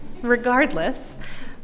regardless